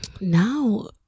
now